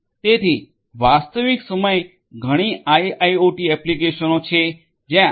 તેથી વાસ્તવિક સમય ઘણી આઇઆઇઓટી એપ્લિકેશનો છે જ્યાં સલામતી ખૂબ જ મહત્વપૂર્ણ છે